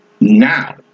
now